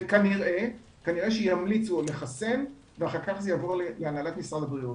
וכנראה שימליצו לחסן ואחר כך זה יעבור להנהלת משרד הבריאות.